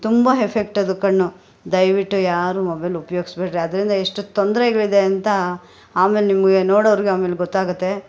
ತುಂಬ ಹೆಫೆಕ್ಟ್ ಅದು ಕಣ್ಣು ದಯವಿಟ್ಟು ಯಾರು ಮೊಬೈಲ್ ಉಪ್ಯೋಗಿಸ್ಬೇಡ್ರಿ ಅದರಿಂದ ಎಷ್ಟು ತೊಂದರೆಗಳಿದೆ ಅಂತ ಆಮೇಲೆ ನಿಮಗೆ ನೋಡೋರಿಗೆ ಆಮೇಲೆ ಗೊತ್ತಾಗುತ್ತೆ